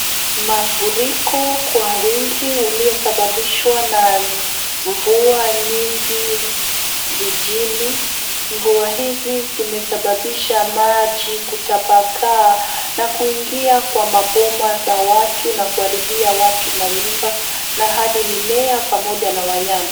Mafuriko kwa wingi uliosababishwa na mvua nyingi jijini. Mvua hizi zimesababisha maji kutapakaa na kuingia kwa maboma za watu na kuharibia watu manyumba na hadi mimea pamoja na wanyama.